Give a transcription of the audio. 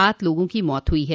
सात लोगों की मौत हुई है